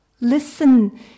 Listen